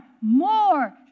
more